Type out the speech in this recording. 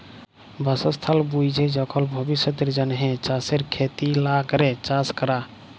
বাসস্থাল বুইঝে যখল ভবিষ্যতের জ্যনহে চাষের খ্যতি লা ক্যরে চাষ ক্যরা